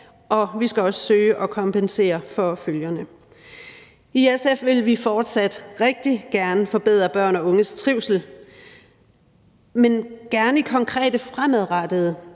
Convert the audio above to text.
vi skal også søge at kompensere for følgerne. I SF vil vi fortsat rigtig gerne forbedre børn og unges trivsel, men gerne i konkrete fremadrettede